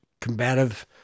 combative